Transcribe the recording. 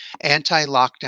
anti-lockdown